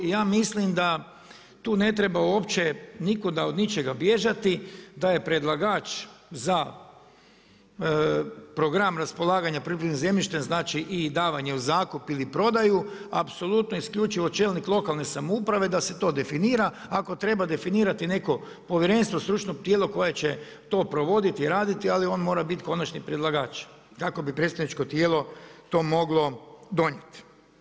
I ja mislim da tu ne treba uopće nikuda od ničega bježati, da je predlagač za program raspolaganje poljoprivrednim zemljištem znači i davanje u zakup ili prodaju, apsolutno isključivo čelnik lokalne samouprave da se to definira, ako treba definirati neko povjerenstvo, stručno tijelo koje će to provoditi, ali on mora biti konačni predlagač kako bi predstavničko tijelo to moglo donijeti.